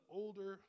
older